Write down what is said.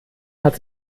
hat